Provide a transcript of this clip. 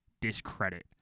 discredit